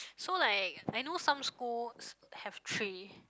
so like I know some schools have three